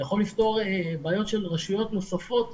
זה יכול לפתור בעיות של רשויות נוספות רבות,